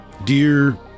Dear